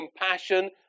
compassion